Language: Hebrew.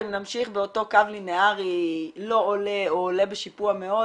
אם נמשיך באותו קו ליניארי לא עולה או עולה בשיפוע מאוד